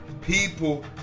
people